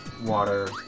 water